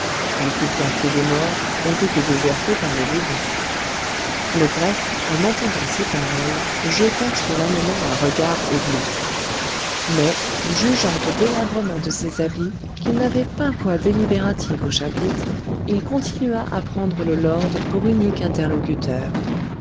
tranquilles quartiers des morts ont été désertés par les vivants le grec en entendant ces paroles jeta sur l'allemand un regard oblique mais jugeant au délabrement de ses habits qu'il n'avait pas voix délibérative au chapitre il continua à prendre le lord pour unique interlocuteur